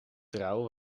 trouw